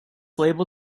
label